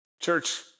Church